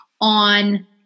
on